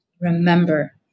remember